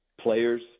players